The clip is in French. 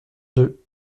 deux